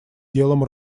делом